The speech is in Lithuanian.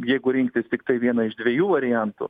jeigu rinktis tiktai vieną iš dviejų variantų